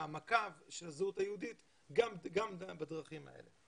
העמקה של הזהות היהודית גם בדרכים האלה.